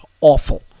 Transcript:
awful